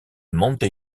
monte